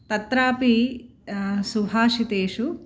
तत्रापि सुभाषितेषु